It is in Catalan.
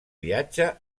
viatge